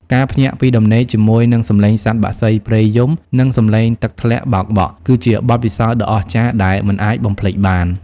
ការភ្ញាក់ពីដំណេកជាមួយនឹងសំឡេងសត្វបក្សីព្រៃយំ និងសំឡេងទឹកធ្លាក់បោកបក់ គឺជាបទពិសោធន៍ដ៏អស្ចារ្យដែលមិនអាចបំភ្លេចបាន។